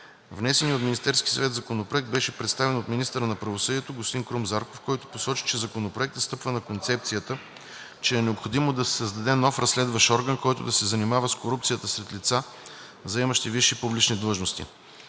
Внесеният от Министерския съвет Законопроект беше представен от министъра на правосъдието, господин Крум Зарков, който посочи, че Законопроектът стъпва на концепцията, че е необходимо да се създаде нов разследващ орган, който да се занимава с корупцията сред лица, заемащи висши публични длъжности.